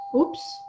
oops